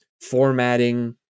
formatting